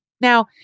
Now